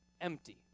empty